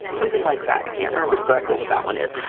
something like that. i can't remember exactly what that one is.